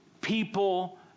people